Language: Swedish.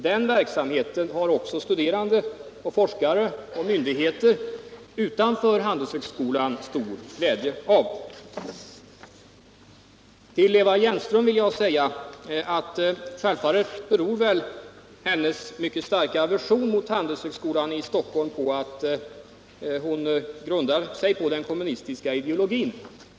Denna verksamhet har såväl studerande som forskare och myndigheter utanför Handelshögskolan stor glädje av. Självfallet beror Eva Hjelmströms mycket starka aversion mot Handelshögskolan i Stockholm på att hon grundar sig på den kommunistiska ideologin.